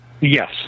Yes